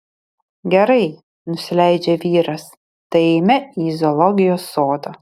gerai nusileidžia vyras tai eime į zoologijos sodą